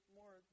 more